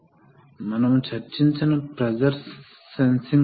కాబట్టి మనం ఎలా చేయగలమో చూద్దాం